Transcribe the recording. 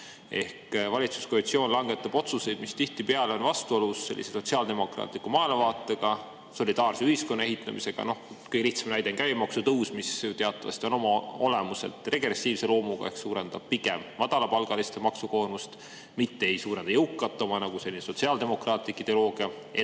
Valitsuskoalitsioon langetab otsuseid, mis tihtipeale on vastuolus sotsiaaldemokraatliku maailmavaatega, solidaarse ühiskonna ehitamisega. Kõige lihtsam näide on käibemaksutõus, mis teatavasti on oma olemuselt regressiivse loomuga ehk suurendab pigem madalapalgaliste maksukoormust, mitte ei suurenda jõukate oma, nagu sotsiaaldemokraatlik ideoloogia